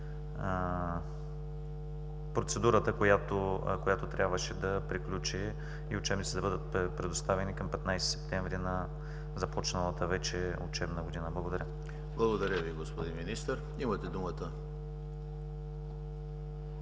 процедурата, която трябваше да приключи и учебниците да бъдат предоставени към 15 септември на започналата вече учебна година. Благодаря. ПРЕДСЕДАТЕЛ ЕМИЛ ХРИСТОВ: Благодаря Ви, господин Министър. Имате думата,